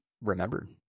remembered